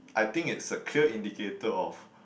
I think it's a clear indicator of